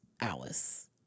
Alice